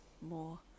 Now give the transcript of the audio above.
more